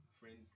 friend's